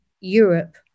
Europe